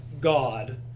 God